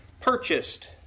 purchased